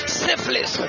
syphilis